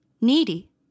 Needy